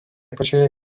pačioje